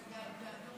להלן תוצאות